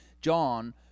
John